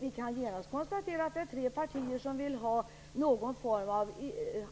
Vi kan konstatera att det är tre partier som vill ha någon form av